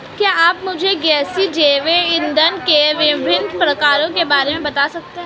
क्या आप मुझे गैसीय जैव इंधन के विभिन्न प्रकारों के बारे में बता सकते हैं?